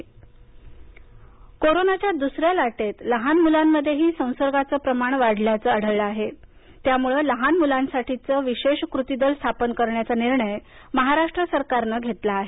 टोपे कोरोनाच्या दुसऱ्या लाटेत लहान मुलांमधेही संसर्गाचं प्रमाण वाढल्याचं आढळलं त्यामुळे लहान मुलांसाठीचा विशेष कृती दल स्थापन करायचा निर्णय महाराष्ट्र सरकारनं घेतला आहे